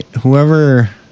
Whoever